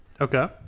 Okay